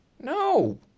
no